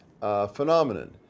phenomenon